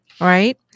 Right